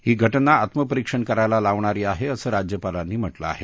ही घटना आत्मपरीक्षण करायला लावणारी आहे असं राज्यपालांनी म्हटलं आहे